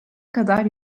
kadar